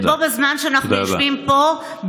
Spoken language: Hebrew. ובזמן שאנחנו יושבים פה,